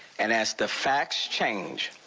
and as the facts change,